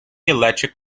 electric